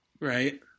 Right